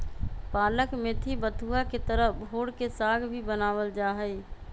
पालक मेथी बथुआ के तरह भोर के साग भी बनावल जाहई